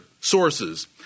sources